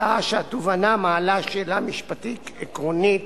שעה שהתובענה מעלה שאלה משפטית עקרונית,